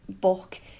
book